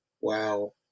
Wow